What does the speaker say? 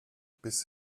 biss